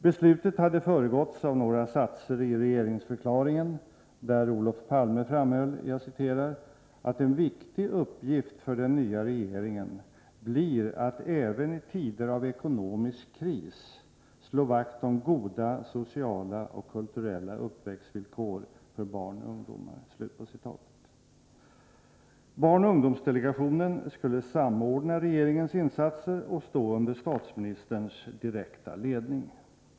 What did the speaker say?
Beslutet hade föregåtts av några satser i regeringsförklaringen, där Olof Palme framhöll ”att en viktig uppgift för den nya regeringen blir att även i tider av ekonomisk kris slå vakt om goda sociala och kulturella uppväxtvillkor för barn och ungdomar”. Barnoch ungdomsdelegationen skulle samordna regeringens insatser och stå under statsministerns direkta ledning.